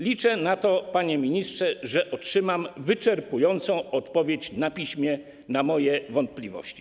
Liczę na to, panie ministrze, że otrzymam wyczerpującą odpowiedź na piśmie na moje pytania.